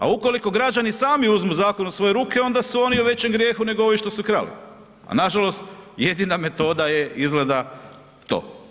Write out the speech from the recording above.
A ukoliko građani sami uzmu zakon u svoje ruke, onda su oni u većem grijehu nego ovi što su krali, a nažalost, jedina metoda je izgleda to.